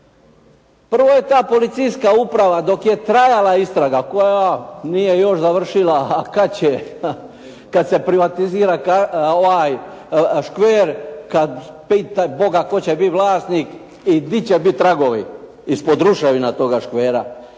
Prvo je ta policijska uprava dok je trajala istraga koja nije još završila a kada će, kada se privatizira škver, kada pitaj boga tko će biti vlasnik i gdje će biti tragovi, ispod ruševina toga škvera.